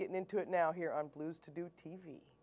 getting into it now here on blues to do t